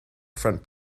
front